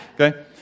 okay